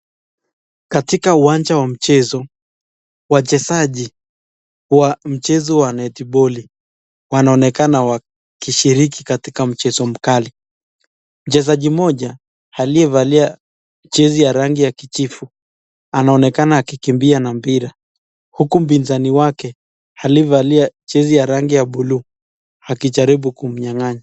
Katika uwanja wa mchezo, wachezaji wa mchezo wa netiboli wanaonekana wakishiriki katika mchezo mkali. Mchezaji mmoja aliyevalia jezi ya rangi ya kijivu anaonekana akikimbia na mpira huku mpinzani wake aliyevalia jezi ya rangi ya buluu akijaribu kumnyang`anya.